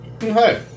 Hi